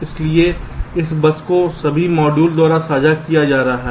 इसलिए इस बस को सभी मॉड्यूल द्वारा साझा किया जा रहा है